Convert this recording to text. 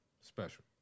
special